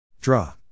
Draw